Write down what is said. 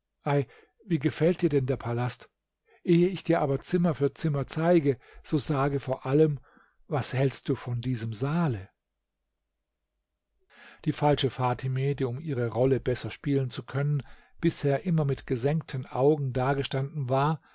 wie gefällt dir denn der palast ehe ich dir aber zimmer für zimmer zeige so sage vor allem was hältst du von diesem saale die falsche fatime die um ihre rolle besser spielen zu können bisher immer mit gesenkten augen dagestanden war